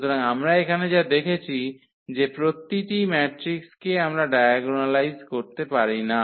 সুতরাং আমরা এখানে যা দেখেছি যে প্রতিটি ম্যাট্রিক্সকে আমরা ডায়াগোনালাইজ করতে পারি না